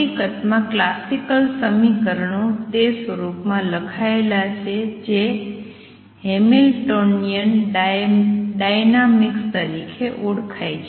હકીકતમાં ક્લાસિકલ સમીકરણો તે સ્વરૂપમાં લખાયેલા છે જે હેમિલ્ટોનીયન ડાયનામિક્સ તરીકે ઓળખાય છે